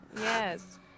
yes